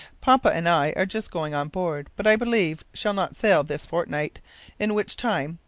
papa and i are just going on board, but i believe shall not sail this fortnight in which time,